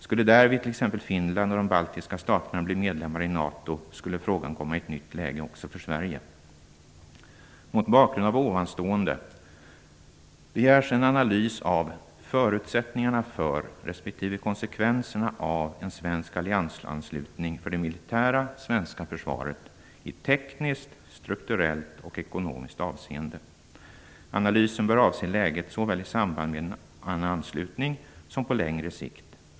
Skulle därvid t ex Finland och de baltiska staterna bli medlemmar i NATO, skulle frågan komma i ett nytt läge också för Sverige. Mot bakgrund av ovanstående begärs en analys av förutsättningarna för resp konsekvenserna av en svensk alliansanslutning för det militära svenska försvaret i tekniskt, strukturellt och ekonomiskt avseende. Analysen bör avse läget såväl i samband med en anslutning som på längre sikt.